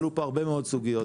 עלו פה הרבה מאוד סוגיות.